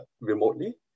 remotely